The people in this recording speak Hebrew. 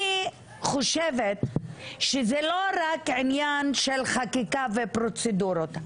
אני חושבת שזה לא רק עניין של חקיקה ופרוצדורות.